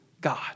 God